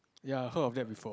ya I heard of that before